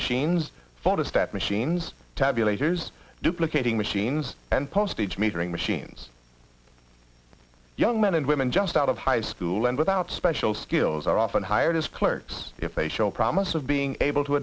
machines photostat machines tabulators duplicating machines and postage metering machines young men and women just out of high school and without special skills are often hired as clerks if they show promise of being able to